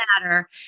matter